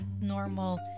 normal